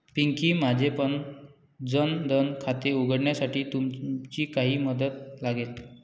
पिंकी, माझेपण जन धन खाते उघडण्यासाठी तुमची काही मदत लागेल